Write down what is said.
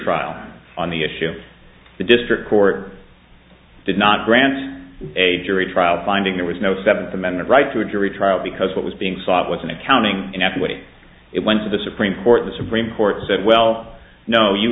trial on the issue the district court did not grant a jury trial finding there was no seventh amendment right to a jury trial because what was being sought was an accounting and after it went to the supreme court the supreme court said well no you